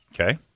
okay